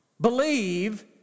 believe